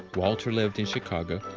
walter lived in chicago,